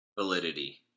validity